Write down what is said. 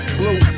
blue